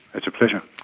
it's a pleasure.